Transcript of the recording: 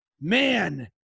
man